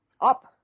up